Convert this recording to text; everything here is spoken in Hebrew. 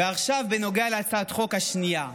ועכשיו בנוגע להצעת החוק השנייה.